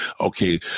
Okay